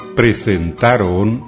presentaron